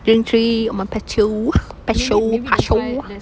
drink tea on my patio patio patio